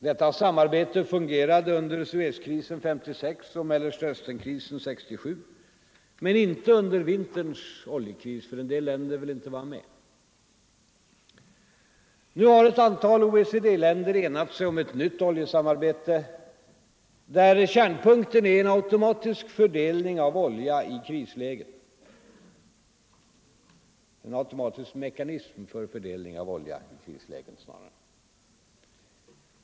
Detta samarbete fungerade under Suezkrisen 1956 och Mellersta Östern-krisen 1967, men inte under vinterns oljekris, för en del länder ville inte vara med. Nu har ett antal OECD-länder enat sig om ett nytt oljesamarbete, där kärnpunkten är en automatisk fördelning av olja i krislägen — eller snarare en automatisk mekanism för fördelning av olja i krislägen.